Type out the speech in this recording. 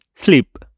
Sleep